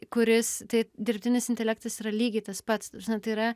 kuris tai dirbtinis intelektas yra lygiai tas pats ta prasme tai yra